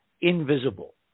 invisible